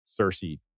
Cersei